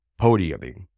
podiuming